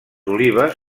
olives